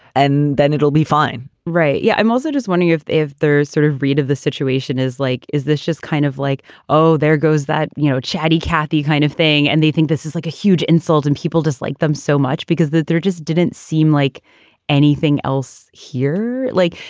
and then it'll be fine right. yeah. i'm also just wondering if there's sort of read of the situation is like is this just kind of like oh there goes that, you know, chatty cathy kind of thing and they think this is like a huge insult and people dislike them so much because there just didn't seem like anything else here, like,